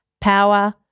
power